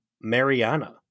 Mariana